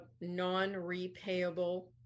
non-repayable